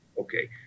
Okay